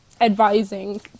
advising